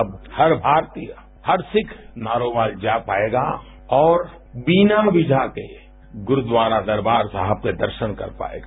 अब हर भारतीय हर सिख नारोवाल जा पाएगा और बिना वीजा के गुरुद्वारा दरवार साहब के दर्शन कर पाएगा